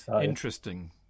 Interesting